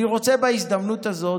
אני רוצה בהזדמנות הזאת,